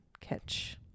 catch